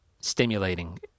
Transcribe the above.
stimulating